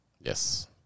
Yes